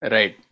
Right